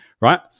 right